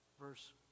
Verse